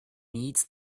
needs